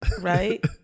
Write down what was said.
Right